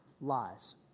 lies